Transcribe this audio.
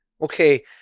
okay